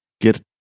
get